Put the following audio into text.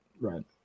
Right